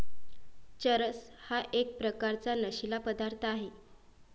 चरस हा एक प्रकारचा नशीला पदार्थ आहे